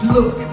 Look